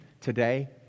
today